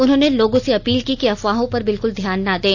उन्होंने लोगों से अपील की है कि अफवाहों पर बिल्कुल ध्यान ना दें